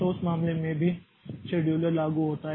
तो उस मामले में भी शेड्यूलर लागू होता है